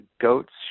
goats